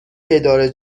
اداره